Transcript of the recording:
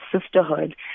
sisterhood